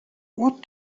what